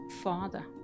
Father